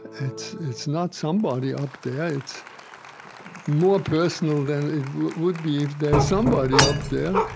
it's it's not somebody up there. it's more personal than it would be if there's somebody up there.